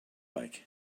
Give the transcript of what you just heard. like